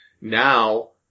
Now